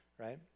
right